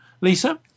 Lisa